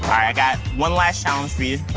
i got one last challenge for you.